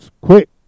quick